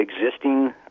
existing